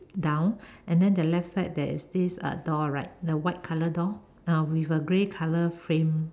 down and then the left side there is uh this door right the white color door uh with a grey color frame